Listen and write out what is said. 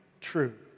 true